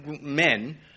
men